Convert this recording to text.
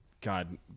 God